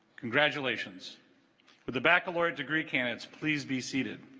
congratulations with the baccalaureate degree candidates please be seated